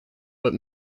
but